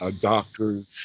doctors